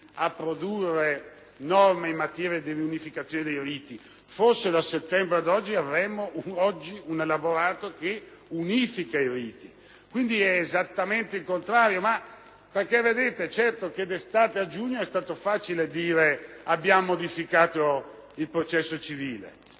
mesi norme in materia di unificazione dei riti: forse, da settembre ad oggi, avremmo un elaborato che unifica i riti. Quindi è esattamente il contrario di quanto si è sostenuto. Certo, a giugno è stato facile dire «abbiamo modificato il processo civile»,